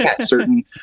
certain